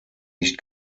nicht